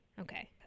okay